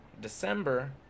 December